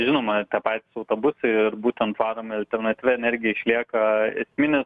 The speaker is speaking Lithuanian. žinoma tie patys autobusai ir būtent varomi alternatyvia energija išlieka esminis